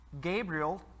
Gabriel